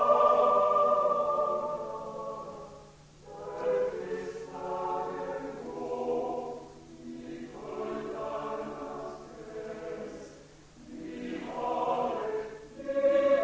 Vi önskar dem alla en skön semester.